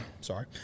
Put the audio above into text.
Sorry